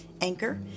Anchor